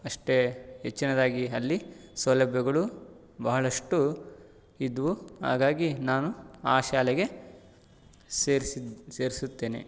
ಅಷ್ಟೇ ಹೆಚ್ಚಿನದಾಗಿ ಅಲ್ಲಿ ಸೌಲಭ್ಯಗಳು ಬಹಳಷ್ಟು ಇದ್ದವು ಹಾಗಾಗಿ ನಾನು ಆ ಶಾಲೆಗೆ ಸೇರ್ಸಿದ್ದು ಸೇರಿಸುತ್ತೇನೆ